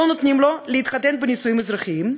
לא נותנים לו להתחתן בנישואים אזרחיים,